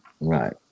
right